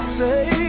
say